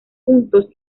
juntos